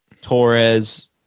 Torres